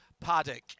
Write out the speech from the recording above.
paddock